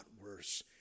worse